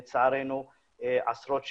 לצערנו, עשרות שנים.